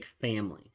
family